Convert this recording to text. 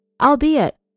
Albeit